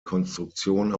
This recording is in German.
konstruktion